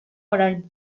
orain